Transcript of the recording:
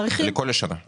לכל השנה.